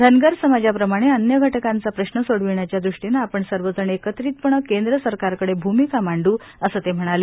धनगर समाजाप्रमाणे अन्य घटकांचा प्रश्न सोडविण्याच्या दृष्टीनं आपण सर्वजण एकत्रित पणं केंद्र सरकारकडे भूमिका मांडू असं ते म्हणाले